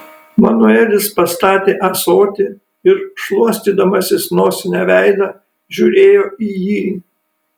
manuelis pastatė ąsotį ir šluostydamasis nosine veidą žiūrėjo į jį